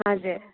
हजुर